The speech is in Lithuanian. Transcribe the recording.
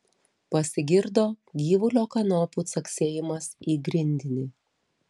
pasigirdo gyvulio kanopų caksėjimas į grindinį